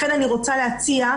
לכן אני רוצה להציע.